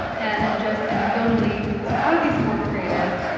and just anecdotally out of these four creatives,